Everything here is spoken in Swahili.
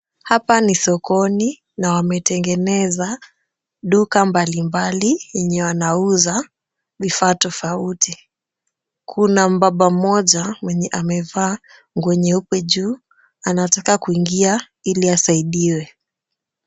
Hapa ni sokoni na wametengeneza duka mbalimbali zenye wanauza vifaa tofauti, kuna mbaba mmoja mwenye amevaa nguo nyeupe juu, anataka kuingia ili asaidiwe.